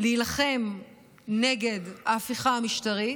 להילחם נגד ההפיכה המשטרית.